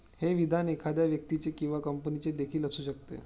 हे विधान एखाद्या व्यक्तीचे किंवा कंपनीचे देखील असू शकते